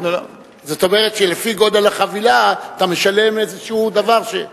זאת אומרת שלפי גודל החבילה אתה משלם איזה דבר,